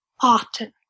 often